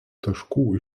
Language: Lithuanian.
taškų